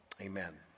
amen